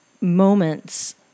moments